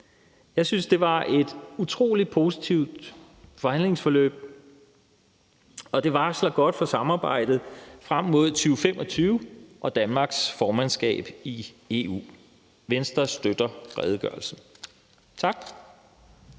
Jeg synes, det var et utrolig positivt forhandlingsforløb, og det varsler godt for samarbejdet frem mod 2025 og Danmarks formandskab i EU. Venstre støtter redegørelsen. Kl.